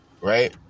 right